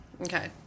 okay